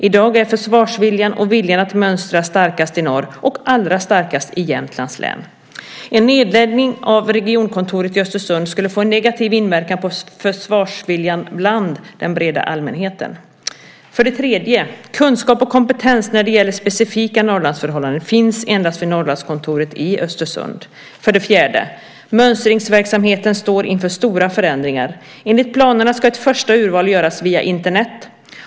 I dag är försvarsviljan och viljan att mönstra starkast i norr och allra starkast i Jämtlands län. En nedläggning av regionkontoret i Östersund skulle få en negativ inverkan på försvarsviljan bland den breda allmänheten. 3. Kunskap och kompetens när det gäller specifika norrlandsförhållanden finns endast vid Norrlandskontoret i Östersund. 4. Mönstringsverksamheten står inför stora förändringar. Enligt planerna ska ett första urval göras via Internet.